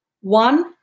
One